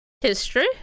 history